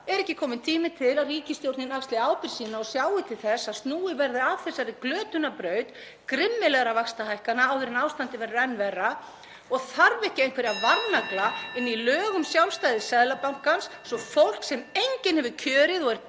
Er ekki kominn tími til að ríkisstjórnin axli ábyrgð sína og sjái til þess að snúið verði af þessari glötunarbraut grimmilegra vaxtahækkana áður en ástandið verður enn verra? Þarf ekki einhverja varnagla inn í lög um sjálfstæði Seðlabankans svo að fólk sem enginn hefur kjörið og er